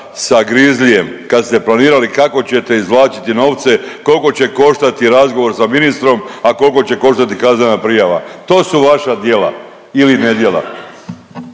sa Grlizijem, kad ste planirali kako ćete izvlačiti novce, kolko će koštati razgovor sa ministrom, a kolko će koštati kaznena prijava. To su vaša djela ili nedjela.